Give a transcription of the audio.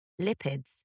lipids